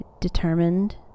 determined